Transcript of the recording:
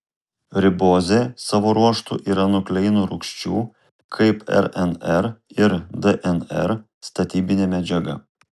ribozė savo ruožtu yra nukleino rūgščių kaip rnr ir dnr statybinė medžiaga